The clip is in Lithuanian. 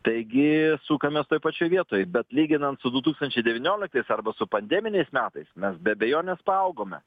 taigi sukames toj pačioj vietoj bet lyginant su du tūkstančiai devynioliktais arba su pandeminiais metais mes be abejonės paaugome